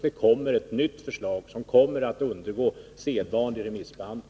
Det kommer ett nytt förslag, som kommer att undergå sedvanlig remissbehandling.